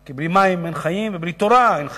כי בלי מים אין חיים ובלי תורה אין חיים.